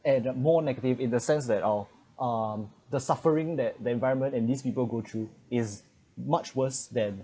and more negative in the sense that all um the suffering that the environment and these people go through is much worse than